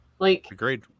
Agreed